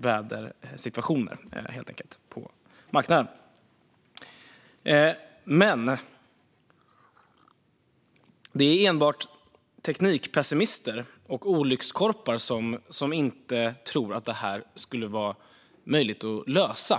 vädersituationer på marknaden. Men det är enbart teknikpessimister och olyckskorpar som inte tror att det här skulle vara möjligt att lösa.